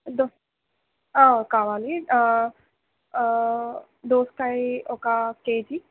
కావాలి దోసకాయ ఒక కేజీ